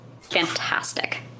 Fantastic